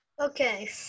Okay